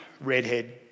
redhead